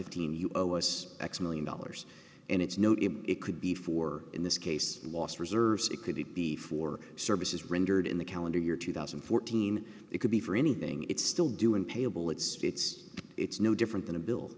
fifteen you owe us x one million dollars and it's no tim it could be four in this case last reserves it could be for services rendered in the calendar year two thousand and fourteen it could be for anything it's still doing payable it states it's no different than a bill